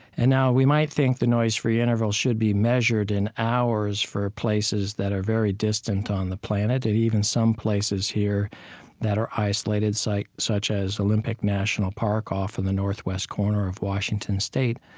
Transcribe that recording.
and now we might think the noise-free interval should be measured in hours for places that are very distant on the planet and even some places here that are isolated such as olympic national park off and the northwest corner of washington state.